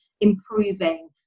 improving